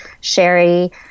Sherry